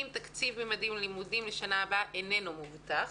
תקציב "ממדים ללימודים" לשנה הבאה איננו מובטח.